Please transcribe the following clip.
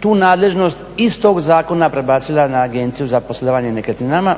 tu nadležnost iz toga zakona prebacila na agenciju za poslovanje nekretninama